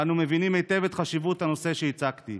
ואנו מבינים היטב את חשיבות הנושא שהצגתי.